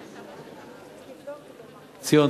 ציון,